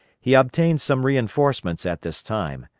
he obtained some reinforcements at this time,